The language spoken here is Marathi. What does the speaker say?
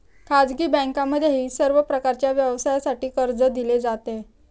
खाजगी बँकांमध्येही सर्व प्रकारच्या व्यवसायासाठी कर्ज दिले जाते